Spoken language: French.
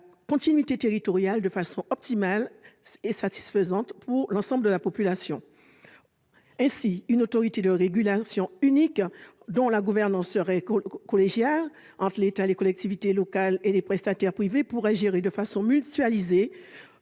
la continuité territoriale de façon optimale et satisfaisante pour l'ensemble de la population. Ainsi, une autorité de régulation unique, dont la gouvernance serait collégiale entre l'État, les collectivités locales et les prestataires privés, pourrait gérer de façon mutualisée